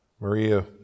Maria